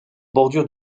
bordure